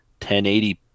1080